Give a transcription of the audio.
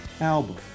album